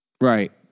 Right